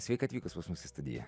sveika atvykus pas mus į studiją